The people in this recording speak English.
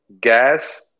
gas